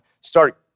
start